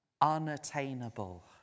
unattainable